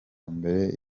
mbere